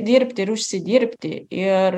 dirbt ir užsidirbti ir